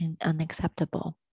unacceptable